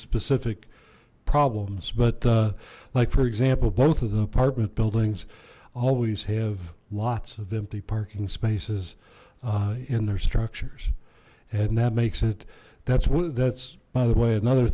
specific problems but like for example both of the apartment buildings always have lots of empty parking spaces in their structures and that makes it that's what that's by the way another